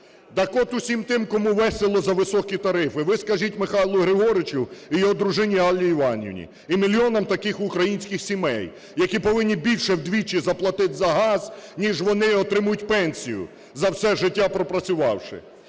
Так от всім тим, кому весело за високі тарифи, ви скажіть Михайлу Григоровичу і його дружині Аллі Іванівні, і мільйонам таких українських сімей, які повинні більше вдвічі заплатити за газ ніж вони отримують пенсію, за все життя пропрацювавши.